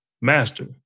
Master